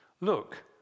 Look